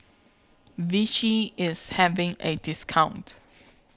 Vichy IS having A discount